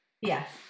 yes